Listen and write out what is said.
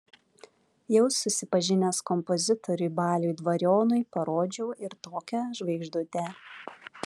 jau susipažinęs kompozitoriui baliui dvarionui parodžiau ir tokią žvaigždutę